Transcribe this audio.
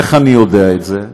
איך אני יודע את זה?